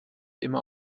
immer